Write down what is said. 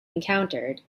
encountered